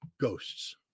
ghosts